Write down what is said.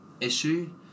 issue